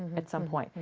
at some point.